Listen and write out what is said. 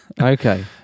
Okay